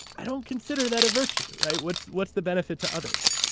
i don't consider that a virtue, right? what's what's the benefit to others?